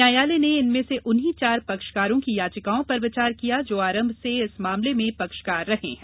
न्यायालय ने इनमें से उन्हीं चार पक्षकारों की याचिकाओं पर विचार किया जो आरम्भ से इस मामले में पक्षकार रहे हैं